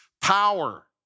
power